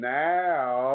now